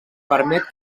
permet